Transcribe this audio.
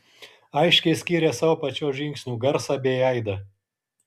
aiškiai skyrė savo pačios žingsnių garsą bei aidą